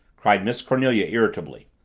cried miss cornelia irritatedly.